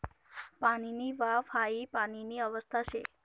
पाणीनी वाफ हाई पाणीनी अवस्था शे